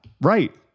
Right